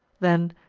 then,